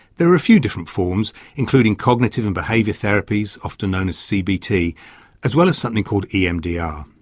there are a few different forms including cognitive and behavioural therapies often known as cbt as well as something called emdr.